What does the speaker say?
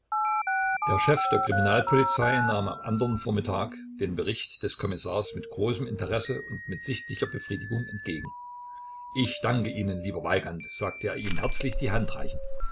der chef der kriminalpolizei nahm am andern vormittag den bericht des kommissars mit großem interesse und mit sichtlicher befriedigung entgegen ich danke ihnen lieber weigand sagte er ihm herzlich die hand reichend